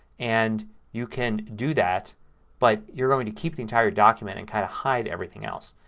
and you can do that but you're going to keep the entire document and kind of hide everything else.